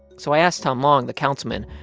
so i asked how long, the councilman,